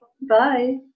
Bye